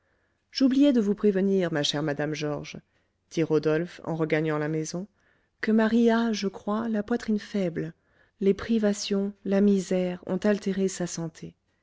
j'oubliais de vous prévenir ma chère madame georges dit rodolphe en regagnant la maison que marie a je crois la poitrine faible les privations la misère ont altéré sa santé